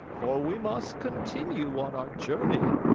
for we must continue on our journey.